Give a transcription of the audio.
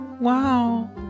wow